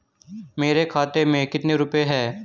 मेरे खाते में कितने रुपये हैं?